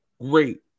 great